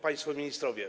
Państwo Ministrowie!